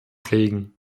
prägen